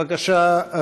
בבקשה,